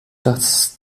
das